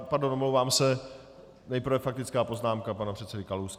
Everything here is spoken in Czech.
Pardon, omlouvám se, nejprve faktická poznámka pana předsedy Kalouska.